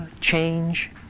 change